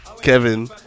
Kevin